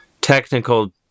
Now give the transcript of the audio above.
technical